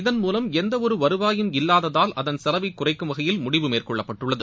இதன் மூலம் எந்தவொரு வருவாயும் இல்லாததால் அதன் செலவை குறைக்கும் வகையில் முடிவு மேற்கொள்ளப்பட்டுள்ளது